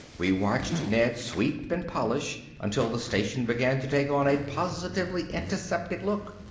we watched ned sweep and polish until the station began to take on a positively antiseptic look.